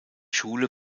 schule